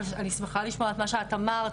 אני שמחה לשמוע את מה שאת אמרת,